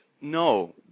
No